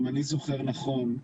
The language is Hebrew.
אם אני זוכר נכון,